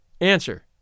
ANSWER